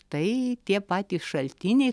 tai tie patys šaltiniai